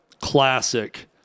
classic